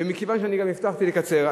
ומכיוון שאני גם הבטחתי לקצר,